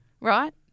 Right